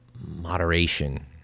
moderation